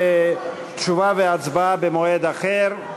תשובה והצבעה במועד אחר.